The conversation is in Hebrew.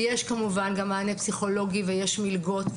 יש גם מענה פסיכולוגי ויש מלגות,